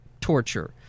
torture